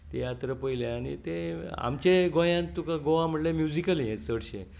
तियात्र पयले आनी आमच्या गोंयांत गोवा म्हणल्यार तुका म्युझीकल हें चडशें